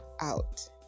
out